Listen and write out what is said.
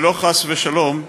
ולא חס ושלום לעידודו.